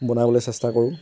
বনাবলৈ চেষ্টা কৰোঁ